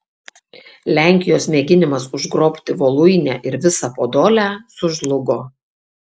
lenkijos mėginimas užgrobti voluinę ir visą podolę sužlugo